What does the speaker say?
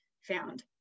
found